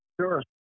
Sure